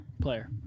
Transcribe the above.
Player